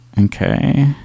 Okay